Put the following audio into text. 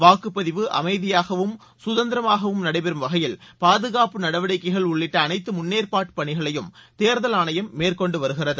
வாக்குப்பதிவு அமைதியாகவும் கதந்திரமாகவும் நடைபெறும் வகையில் பாதுகாப்பு நடவடிக்கைகள் உள்ளிட்ட அனைத்து முன்னேற்பாட்டு பணிகளையும் தேர்தல் ஆணையம் மேற்கொண்டு வருகிறது